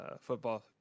football